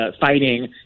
fighting